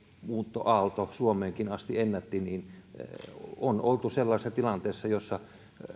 muuttoaalto suomeenkin asti ennätti on oltu sellaisessa tilanteessa jossa